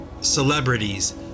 celebrities